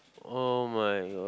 oh-my-god